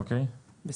זה